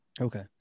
Okay